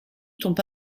tombe